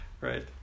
right